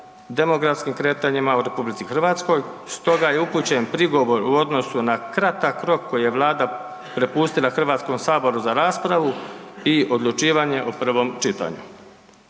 demografskim kretanjima u RH, stoga je upućen prigovor u odnosu na kratak rok koji je Vlada prepustila HS-u sa raspravu i odlučivanje o prvom čitanju.